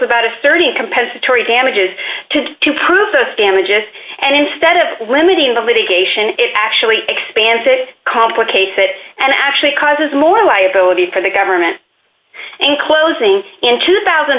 about a certain compensatory damages to prove those damages and instead of limiting the litigation it actually expands it complicates it and actually causes more liability for the government in closing in two thousand